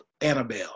Annabelle